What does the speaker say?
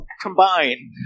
combine